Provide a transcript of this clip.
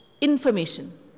information